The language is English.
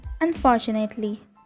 Unfortunately